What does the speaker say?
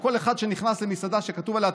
שכל אחד שנכנס למסעדה שכתוב עליה